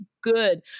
good